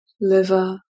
Liver